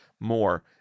more